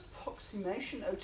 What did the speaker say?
approximation